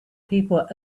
people